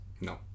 No